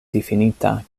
difinita